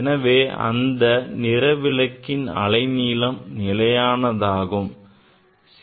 எனவே அந்த நிற விளக்கின் அலைநீளம் நிலையானதாகும்